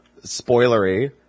spoilery